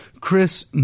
Chris